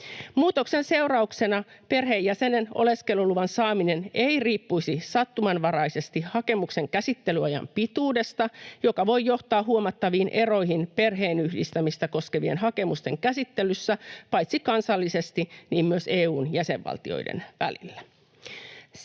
Muutoksen seurauksena perheenjäsenen oleskeluluvan saaminen ei riippuisi sattumanvaraisesti hakemuksen käsittelyajan pituudesta, joka voi johtaa huomattaviin eroihin perheenyhdistämistä koskevien hakemusten käsittelyssä paitsi kansallisesti myös EU:n jäsenvaltioiden välillä.